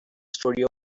studio